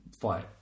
fight